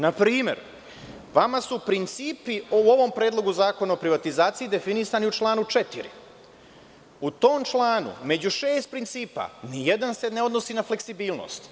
Na primer, vama su principi u ovom predlogu zakona o privatizaciji definisani u članu 4. U tom članu, među šest principa nijedan se ne odnosi na fleksibilnost.